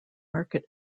market